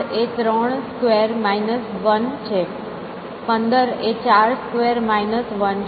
તો 8 એ 3 square minus 1 છે 15 એ 4 સ્ક્વેર માઇનસ 1 છે